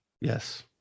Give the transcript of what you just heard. Yes